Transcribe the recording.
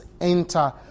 enter